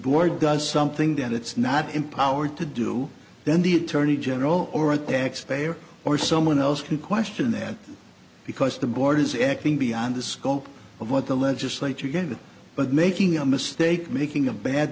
board does something that it's not empowered to do then the attorney general or a taxpayer or someone else can question that because the board is acting beyond the scope of what the legislature gave it but making a mistake making a bad